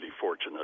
fortunate